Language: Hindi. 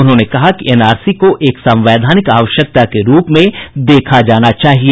उन्होंने कहा कि एन आर सी को एक संवैधानिक आवश्यकता के रूप में देखा जाना चाहिए